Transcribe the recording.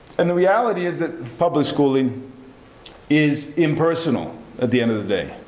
and the reality is that public schooling is impersonal at the end of the day,